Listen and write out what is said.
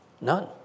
None